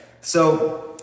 So-